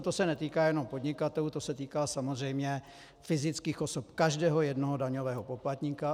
To se netýká jenom podnikatelů, to se týká samozřejmě fyzických osob, každého jednoho daňového poplatníka.